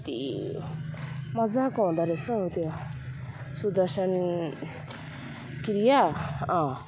कति मजाको हुँदो रहेछ हो त्यो सुदर्शन क्रिया अँ